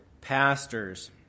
pastors